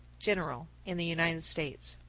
general in the united states.